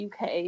UK